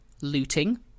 looting